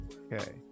okay